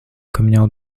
communion